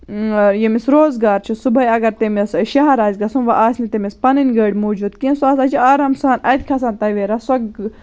ییٚمِس روزگار چھُ صُبحٲے اَگَر تٔمِس شَہر آسہِ گژھُن وۄنۍ آسہِ نہٕ تٔمِس پَنٕنۍ گٲڑۍ موٗجوٗد کیٚنٛہہ سُہ ہَسا چھُ آرام سان اَتہِ کھَسان تَویرا سۄ